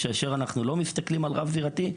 כאשר אנחנו לא מסתכלים על רב-זירתי,